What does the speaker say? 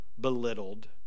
belittled